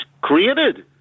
created